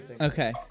Okay